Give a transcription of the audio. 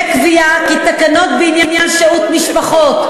קביעה שתקנות בעניין שהות משפחות,